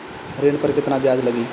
ऋण पर केतना ब्याज लगी?